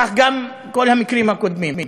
כך גם כל המקרים הקודמים.